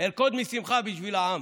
ארקוד משמחה בשביל העם,